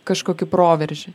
kažkokį proveržį